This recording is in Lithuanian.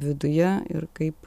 viduje ir kaip